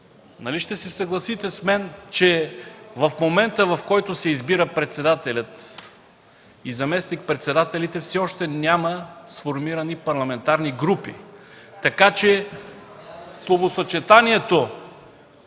Нали ще се съгласите с мен, че в момента, в който се избират председателят и заместник-председателите, все още няма сформирани парламентарни групи? Така че словосъчетанието